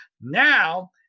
Now